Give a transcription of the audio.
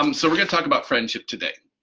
um so we're gonna talk about friendship today.